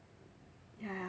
ya